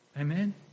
Amen